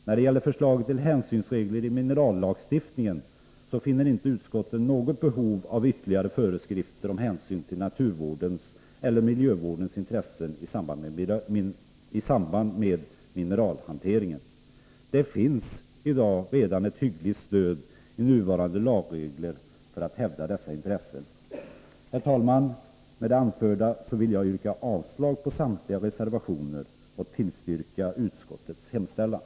När det gäller förslaget till hänsynsregler i minerallagstiftningen finner utskottet inte något behov av ytterligare föreskrifter om hänsyn till naturvårdens eller miljövårdens intressen i samband med mineralhanteringen. Det finns i dag redan ett hyggligt stöd i nuvarande lagregler för att hävda dessa intressen. Herr talman! Med det anförda vill jag yrka avslag på samtliga reservationer och tillstyrka utskottets hemställan.